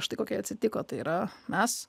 štai kokia atsitiko tai yra mes